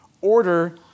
order